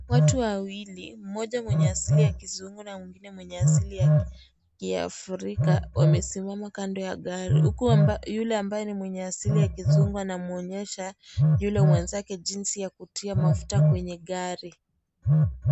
Watu wawili mmoja mwenye asili ya kizungu na mwingine mwenye asili ya kiafrika, wamesimama kando ya gari huku, yule ambaye ni mwenye asili ya kizungu anamwonyesha, yule mwenzake jinsi ya kutia mafuta kwenye gari.